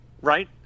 right